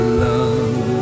love